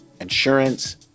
insurance